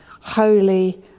Holy